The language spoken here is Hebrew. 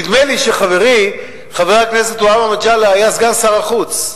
נדמה לי שחברי חבר הכנסת והבה מגלי היה סגן שר החוץ.